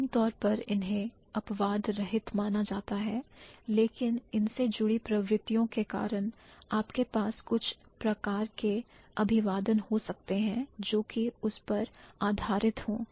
आमतौर पर इन्हें अपवाद रहित माना जाता है लेकिन इनसे जुड़ी प्रवृत्तियों के कारण आपके पास कुछ प्रकार के अभिवादन हो सकते हैं जो कि उस पर आधारित हों